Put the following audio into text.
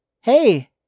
Hey